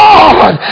God